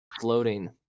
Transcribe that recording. floating